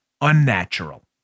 unnatural